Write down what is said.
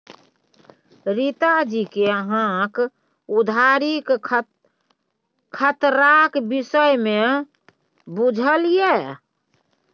रीता जी कि अहाँक उधारीक खतराक विषयमे बुझल यै?